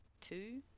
two